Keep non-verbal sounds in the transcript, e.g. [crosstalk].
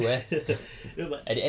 [laughs] ya but